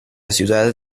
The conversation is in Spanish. ciudad